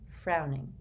frowning